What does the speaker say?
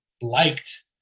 liked